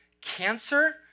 cancer